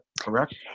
correct